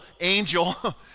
angel